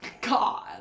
God